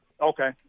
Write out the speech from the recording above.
Okay